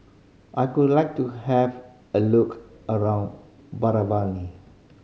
I would like to have a look around